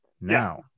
Now